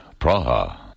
Praha